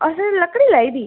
असें ते लकड़ी लाई दी